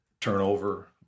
turnover